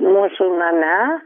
mūsų name